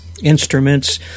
instruments